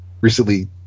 recently